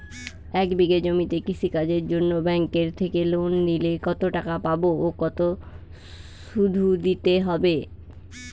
এক বিঘে জমিতে কৃষি কাজের জন্য ব্যাঙ্কের থেকে লোন নিলে কত টাকা পাবো ও কত শুধু দিতে হবে?